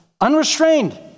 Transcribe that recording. Unrestrained